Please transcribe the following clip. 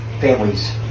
families